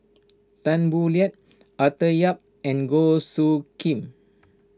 Tan Boo Liat Arthur Yap and Goh Soo Khim